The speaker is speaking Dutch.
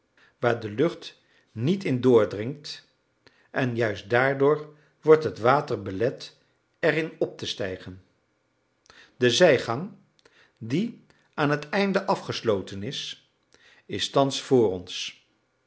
waar de lucht niet in doordringt en juist daardoor wordt het water belet er in op te stijgen de zijgang die aan het einde afgesloten is is thans voor ons